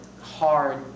hard